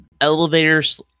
elevators